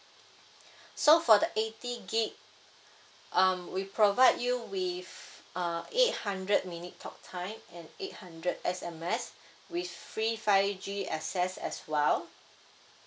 so for the eighty gig um we provide you with uh eight hundred minute talk time and eight hundred S_M_S with free five G access as well